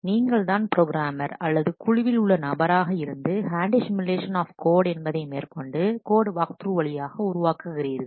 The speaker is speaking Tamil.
நீங்கள்தான் ப்ரோக்ராமர் அல்லது குழுவில் உள்ள நபராக இருந்து ஹாண்டி சிமுலேஷன் ஆஃப்கோட்என்பதை மேற்கொண்டு கோட் வாக்த்ரூ வழியாக உருவாக்குகிறீர்கள்